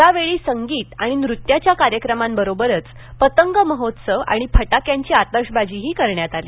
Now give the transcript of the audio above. या वेळी संगीत आणि नृत्याच्या कार्यक्रमांबरोबरच पतंग महोत्सव आणि फटाक्यांची आतषबाजी देखील करण्यात आली